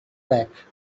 back